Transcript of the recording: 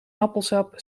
appelsap